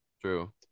True